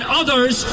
others